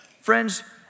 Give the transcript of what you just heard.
Friends